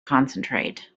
concentrate